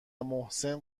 محسن